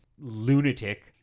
lunatic